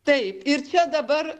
taip ir dabar